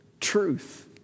truth